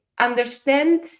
understand